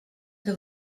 que